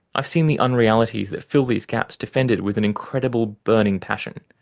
i've seen the unrealities that fill these gaps defended with an incredible, burning passion.